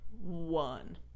One